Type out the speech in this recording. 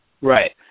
Right